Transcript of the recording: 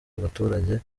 abaturage